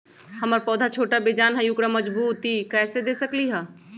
हमर पौधा छोटा बेजान हई उकरा मजबूती कैसे दे सकली ह?